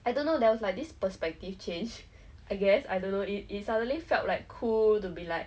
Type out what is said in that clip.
I don't know there was like this perspective change I guess I don't know it suddenly felt like cool to be like